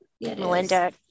Melinda